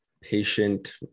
patient